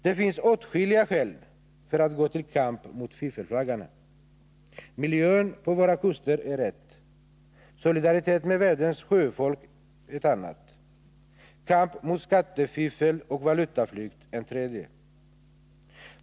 Det finns åtskilliga skäl för att gå till kamp mot fiffelflaggarna. Miljön på våra kuster är ett. Solidaritet med världens sjöfolk ett annat. Kamp mot skattefiffel och valutaflykt ett tredje.